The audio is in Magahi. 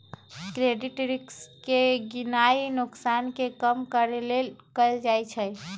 क्रेडिट रिस्क के गीणनाइ नोकसान के कम करेके लेल कएल जाइ छइ